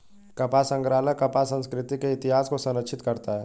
कपास संग्रहालय कपास संस्कृति के इतिहास को संरक्षित करता है